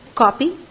Copy